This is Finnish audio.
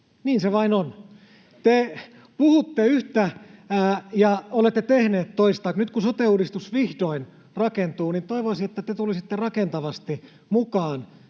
Niin se vain on. Te puhutte yhtä ja olette tehneet toista. Nyt kun sote-uudistus vihdoin rakentuu, niin toivoisin, että te tulisitte rakentavasti mukaan